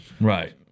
Right